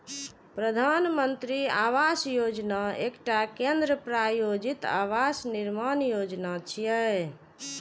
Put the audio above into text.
प्रधानमंत्री ग्रामीण आवास योजना एकटा केंद्र प्रायोजित आवास निर्माण योजना छियै